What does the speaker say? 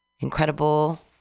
incredible